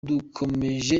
dukomeje